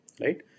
right